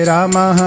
Rama